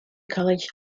college